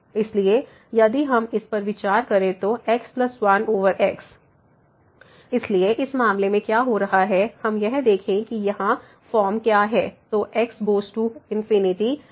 इसलिए यदि हम इस पर विचार करें तो x1x इसलिए इस मामले क्या हो रहा है हम यह देखें कि यहाँ फॉर्म क्या है तो x गोस टु प्लस पर यहां सीमित है